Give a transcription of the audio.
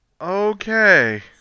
Okay